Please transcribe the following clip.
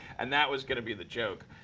and that was going to be the joke.